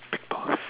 pause